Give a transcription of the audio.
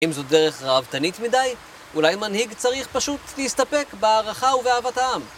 אם זו דרך רהבתנית מדי, אולי מנהיג צריך פשוט להסתפק בהערכה ובאהבת העם.